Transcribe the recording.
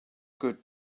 good